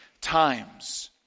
times